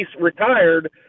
retired